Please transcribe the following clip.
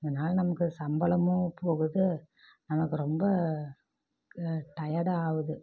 அதனால் நமக்கு சம்பளமும் போகுது நமக்கு ரொம்ப இது டயர்டும் ஆகுது